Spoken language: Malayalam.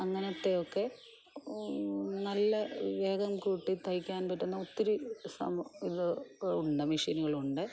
അങ്ങനത്തെ ഒക്കെ നല്ല വേഗം കൂട്ടി തയ്ക്കാൻ പറ്റുന്ന ഒത്തിരി സംഭ ഇത് ഒക്കെ ഉണ്ട് മെഷീനുകൾ ഉണ്ട്